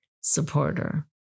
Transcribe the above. supporter